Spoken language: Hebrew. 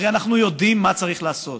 הרי אנחנו יודעים מה צריך לעשות,